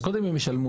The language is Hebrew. אז קודם הם ישלמו.